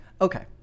Okay